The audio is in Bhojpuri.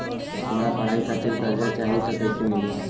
हमरा पढ़ाई खातिर कर्जा चाही त कैसे मिली?